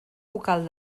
vocal